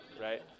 right